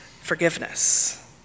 forgiveness